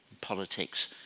politics